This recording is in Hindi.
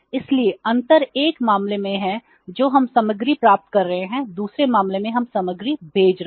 इसलिए अंतर 1 मामले में है जो हम सामग्री प्राप्त कर रहे हैं दूसरे मामले में हम सामग्री भेज रहे हैं